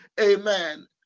Amen